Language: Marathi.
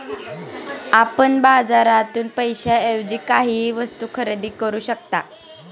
आपण बाजारातून पैशाएवजी काहीही वस्तु खरेदी करू शकता